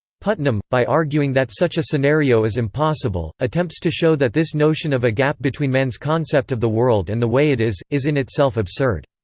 putnam, by arguing that such a scenario is impossible, attempts to show that this notion of a gap between man's concept of the world and the way it is, is in itself absurd.